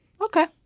Okay